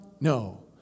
No